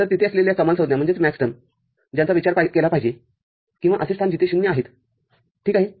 तरतिथे असलेल्या कमालसंज्ञा ज्यांचा विचार केला पाहिजे किंवा असे स्थान जिथे ० आहेत ठीक आहे